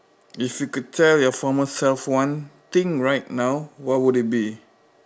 if you could tell your formal self one thing right now what would it be